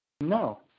No